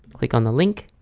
click on the link